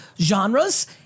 genres